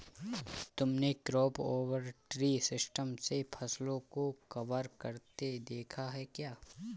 तुमने crop over tree system से फसलों को कवर करते देखा है क्या?